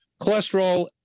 cholesterol